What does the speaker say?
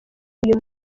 uyu